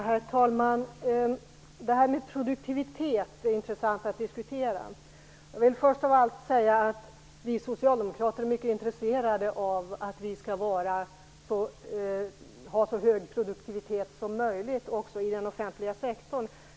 Herr talman! Det här med produktivitet är intressant att diskutera. Jag vill först av allt säga att vi socialdemokrater är mycket intresserade av att produktiviteten skall vara så hög som möjligt, också i den offentliga sektorn.